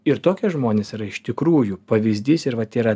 ir tokie žmonės yra iš tikrųjų pavyzdys ir vat yra